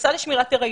נכנסה לשמירת היריון,